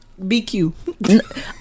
BQ